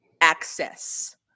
access